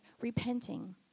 repenting